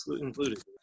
included